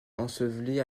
ensevelie